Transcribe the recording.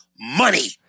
Money